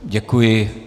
Děkuji.